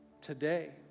today